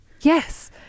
yes